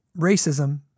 racism